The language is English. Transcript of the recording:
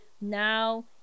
now